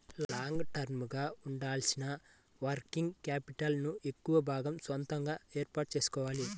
long term గా ఉండాల్సిన working capital ను ఎక్కువ భాగం సొంతగా ఏర్పాటు చేసుకోవాలి